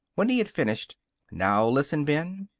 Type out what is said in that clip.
when he had finished now, listen, ben.